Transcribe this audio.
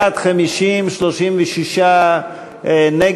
בעד, 50, 36 נגד.